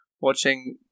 watching